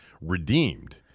redeemed